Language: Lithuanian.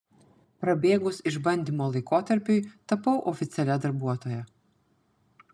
prabėgus išbandymo laikotarpiui tapau oficialia darbuotoja